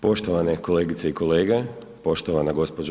Poštovane kolegice i kolege, poštovana gđo.